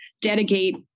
dedicate